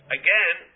again